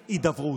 עדיפה הידברות.